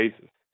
basis